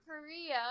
Korea